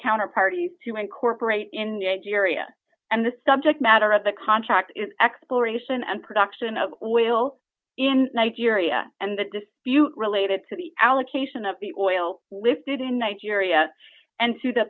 counter parties to incorporate in the age area and the subject matter of the contract exploration and production of oil in nigeria and the dispute related to the allocation of the oil lifted in nigeria and to the